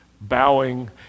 bowing